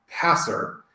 passer